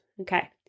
Okay